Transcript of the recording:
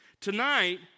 Tonight